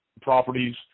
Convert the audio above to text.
properties